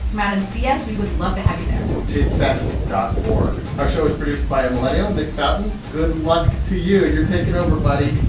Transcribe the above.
come out and see us. we would love to have you there tapefest dot org our show is produced by a millennial, nick fountain. good luck to you. you're taking over, buddy.